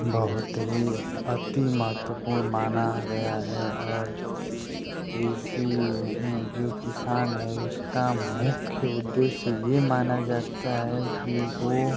बहुत ही अति महत्वपूर्ण माना गया है और कृषि जो किसान है उसका मुख्य उद्देश्य ये माना जाता है कि वो